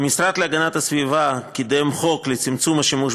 המשרד להגנת הסביבה קידם חוק לצמצום השימוש